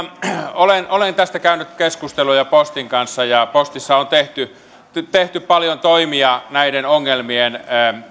olen olen tästä käynyt keskusteluja postin kanssa ja postissa on tehty tehty paljon toimia näiden ongelmien